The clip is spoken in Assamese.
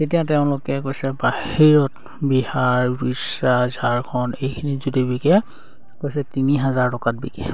তেতিয়া তেওঁলোকে কৈছে বাহিৰত বিহাৰ উড়িষা ঝাড়খণ্ড এইখিনিত যদি বিকে কৈছে তিনি হাজাৰ টকাত বিকে